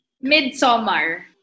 Midsummer